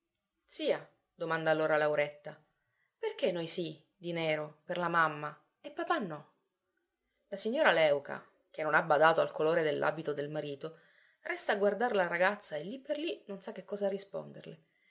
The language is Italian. zia domanda allora lauretta perché noi sì di nero per la mamma e papà no la signora leuca che non ha badato al colore dell'abito del marito resta a guardar la ragazza e lì per lì non sa che cosa risponderle